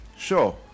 Sure